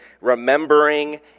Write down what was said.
remembering